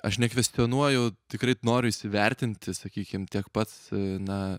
aš nekvestionuoju tikrai noriu įsivertinti sakykim tiek pats na